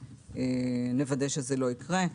נוודא שזה לא יקרה.